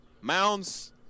Mounds